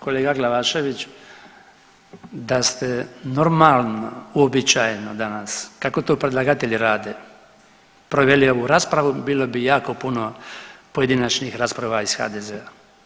Kolega Glavašević, da ste normalno uobičajeno danas, kako to predlagatelji rade proveli ovu raspravu, bilo bi jako puno pojedinačnih rasprava iz HDZ-a.